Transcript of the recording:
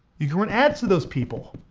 you can run ads to those people.